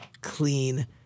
clean